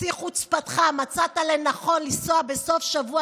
בשיא חוצפתך מצאת לנכון לנסוע בסוף שבוע